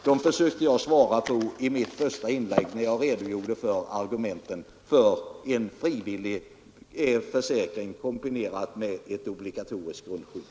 Dem försökte jag svara på i mitt första inlägg när jag redogjorde för argumenten för en frivillig försäkring kombinerad med ett obligatoriskt grundskydd.